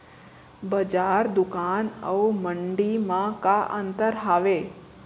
बजार, दुकान अऊ मंडी मा का अंतर हावे?